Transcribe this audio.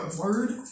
word